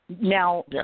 Now